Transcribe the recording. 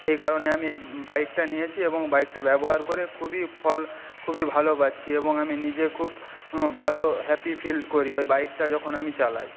এই কারণে আমি এই বাইকটা নিয়েছি এবং বাইকটা ব্যবহার করে খুবই ফল খুবই ভালো পাচ্ছি এবং আমি নিজেও খুব ভালো হ্যাপি ফিল করি ওই বাইকটা যখন আমি চালাই